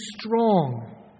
strong